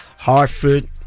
Hartford